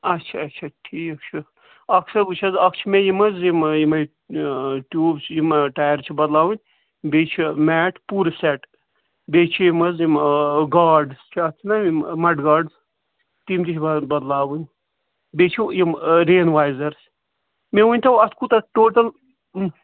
اَچھا اَچھا ٹھیٖک چھُ اَکھ چھا وُچھ حظ اَکھ چھِ مےٚ یِم حظ یِم یِمَے ٹیٛوٗب چھِ یِم ٹایَر چھِ بَدلاوٕنۍ بیٚیہِ چھِ میٹ پوٗرٕ سیٹ بیٚیہِ چھِ یِم حظ یِم گارڈٕس چھِ اَتھ چھِنا یِم مَڈ گاڈٕز تِم تہِ چھِ بَدلاوٕنۍ بیٚیہِ چھُ یِم رین وایزر مےٚ ؤنۍ تو اَتھ کوٗتاہ ٹوٹَل